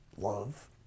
love